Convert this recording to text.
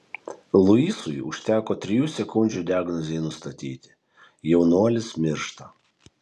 luisui užteko trijų sekundžių diagnozei nustatyti jaunuolis miršta